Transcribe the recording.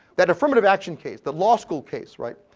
that affirmative action case, the law school case, right?